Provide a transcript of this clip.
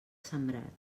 sembrat